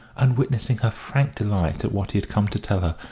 and witnessing her frank delight at what he had come to tell her,